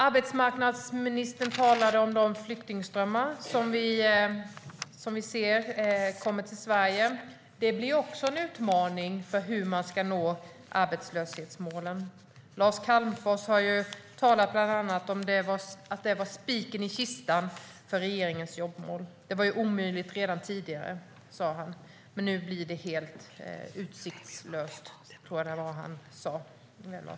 Arbetsmarknadsministern talade om de flyktingströmmar som vi ser till Sverige. Det blir ju också en utmaning för att nå arbetslöshetsmålen. Lars Calmfors har bland annat talat om att det var spiken i kistan för regeringens jobbmål. Det var omöjligt redan tidigare, men nu blir det helt utsiktslöst, tror jag att det var han sa.